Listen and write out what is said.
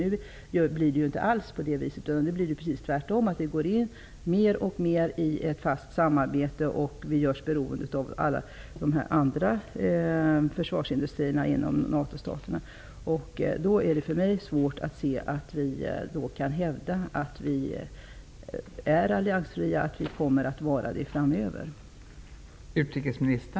Nu blir det ju inte så, utan tvärtom. Vi går mer och mer in i ett fast samarbete och görs beroende av de andra försvarsindustrierna inom NATO-staterna. Det är svårt för mig att se att vi skulle kunna hävda att vi är alliansfria och kommer att vara det framöver.